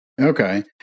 Okay